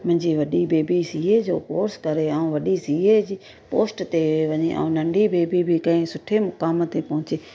मुंहिंजी वॾी baby CA जो कोर्स करे ऐं वॾी सीए जी पोस्ट ते वञे वञी ऐं नंढी बेबी बि कंहिं सुठे मुक़ाम ते पहुचे